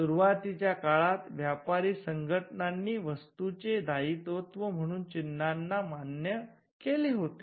सुरुवातीच्या काळात व्यापारी संघटनांनी वस्तूंचे दायित्व म्हणून चिंन्हांना मान्य केले होते